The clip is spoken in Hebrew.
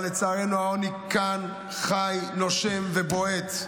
אבל לצערנו, העוני כאן, חי, נושם ובועט.